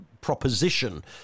proposition